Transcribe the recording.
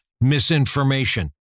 Misinformation